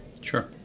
Sure